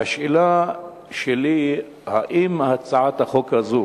והשאלה שלי היא: האם הצעת החוק הזאת